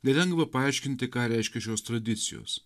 nelengva paaiškinti ką reiškia šios tradicijos